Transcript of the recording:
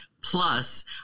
plus